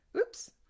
oops